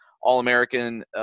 All-American